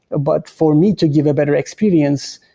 ah but for me to give a better experience,